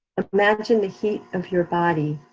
imagine the heat of your body,